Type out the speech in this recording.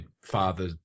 father